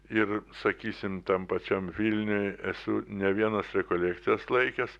ir sakysim tam pačiam vilniuj esu ne vienas rekolekcijas laikęs